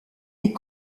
est